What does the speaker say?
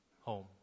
home